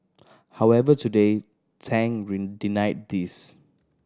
however today Tang denied these